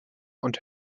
und